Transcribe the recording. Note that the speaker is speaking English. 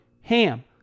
HAM